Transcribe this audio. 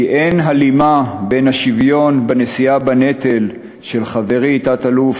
כי אין הלימה בין השוויון בנשיאה בנטל של חברי תת-אלוף